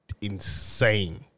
insane